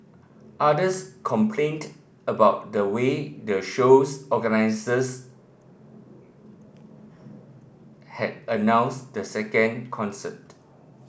others complained about the way their show's organisers had announced the second concert